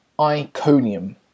Iconium